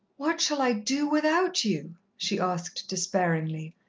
what shall i do without you? she asked despairingly,